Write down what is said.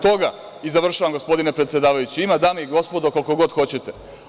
Toga ima, i ovim završavam gospodine predsedavajući, dame i gospodo koliko god hoćete.